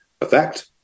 effect